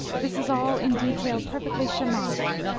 this is all in detail perfectly shamanic.